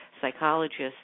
psychologists